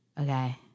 okay